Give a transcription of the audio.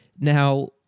Now